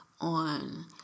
on